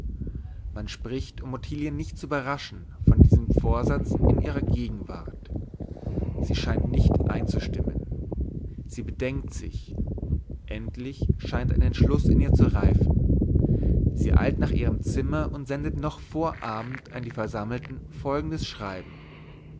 man spricht um ottilien nicht zu überraschen von diesem vorsatz in ihrer gegenwart sie scheint nicht einzustimmen sie bedenkt sich endlich scheint ein entschluß in ihr zu reifen sie eilt nach ihrem zimmer und sendet noch vor abend an die versammelten folgendes schreiben